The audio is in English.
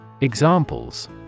Examples